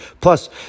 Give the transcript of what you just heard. Plus